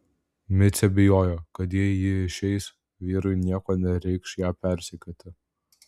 micė bijojo kad jei ji išeis vyrui nieko nereikš ją persekioti